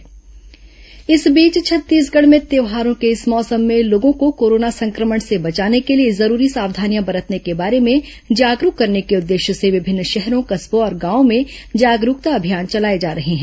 corona जागरूकता इस बीच छत्तीसगढ़ में त्यौहारों के इस मौसम में लोगों को कोरोना संक्रमण से बचाने के लिए जरूरी सावधानियां बरतने के बारे में जागरूक करने के उद्देश्य से विभिन्न शहरों कस्बों और गांवों में जागरूकता अभियान चलाए जा रहे हैं